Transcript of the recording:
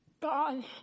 God